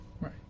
Right